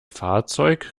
fahrzeug